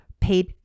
paid